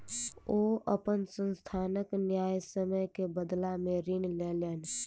ओ अपन संस्थानक न्यायसम्य के बदला में ऋण लेलैन